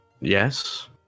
yes